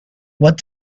what